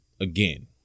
again